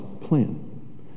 plan